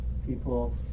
people